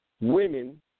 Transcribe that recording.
women